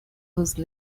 whose